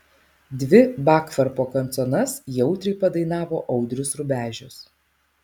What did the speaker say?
dvi bakfarko kanconas jautriai padainavo audrius rubežius